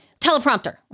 Teleprompter